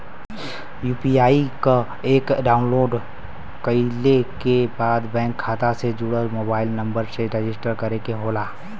UPI क app download कइले के बाद बैंक खाता से जुड़ल मोबाइल नंबर से रजिस्टर करे के होला